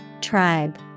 Tribe